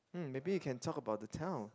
mm maybe we can talk about the town